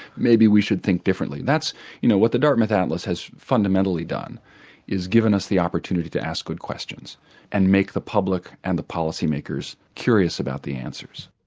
maybe we should think differently? you know what the dartmouth atlas has fundamentally done is given us the opportunity to ask good questions and make the public and the policy makers curious about the answers.